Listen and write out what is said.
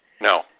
No